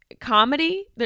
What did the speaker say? Comedy